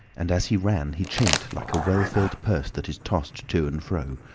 and as he ran he chinked like a well-filled purse that is tossed to and fro.